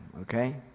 Okay